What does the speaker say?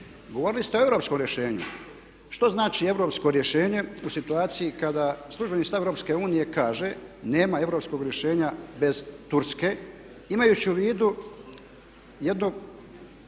Govorili ste o europskom rješenju, što znači europsko rješenje u situaciji kada službeni stav EU kaže nema europskog rješenja bez Turske, imajući u vidu jednu